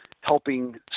helping